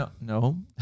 No